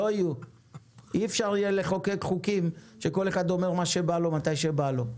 אי אפשר יהיה לחוקק חוקים כאשר כל אחד אומר מה שבא לו מתי שבא לו.